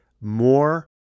more